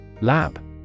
Lab